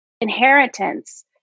inheritance